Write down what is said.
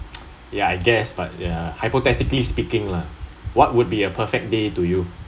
ya I guess but uh hypothetically speaking lah what would be a perfect day to you